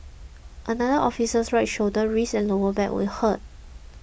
another officer's right shoulder wrist and lower back were hurt